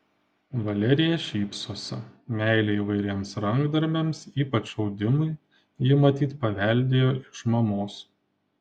valerija šypsosi meilę įvairiems rankdarbiams ypač audimui ji matyt paveldėjo iš mamos